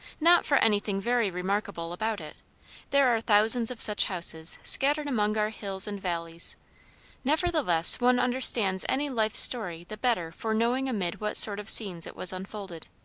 not for anything very remarkable about it there are thousands of such houses scattered among our hills and valleys nevertheless one understands any life story the better for knowing amid what sort of scenes it was unfolded.